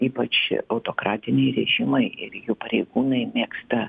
ypač autokratiniai režimai ir jų pareigūnai mėgsta